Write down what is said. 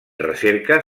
recerca